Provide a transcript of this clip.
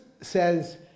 says